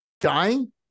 dying